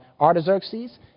Artaxerxes